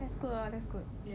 that's good lor that's good